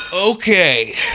Okay